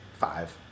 Five